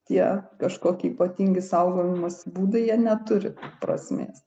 tie kažkokie ypatingi saugojimosi būdai jie neturi prasmės